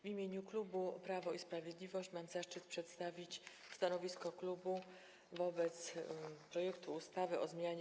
W imieniu klubu Prawo i Sprawiedliwość mam zaszczyt przedstawić stanowisko klubu wobec projektu ustawy o zmianie